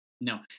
no